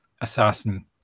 assassin